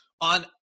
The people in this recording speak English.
on